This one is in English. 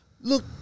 look